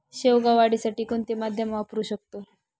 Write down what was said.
शेवगा वाढीसाठी कोणते माध्यम वापरु शकतो?